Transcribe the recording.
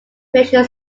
creation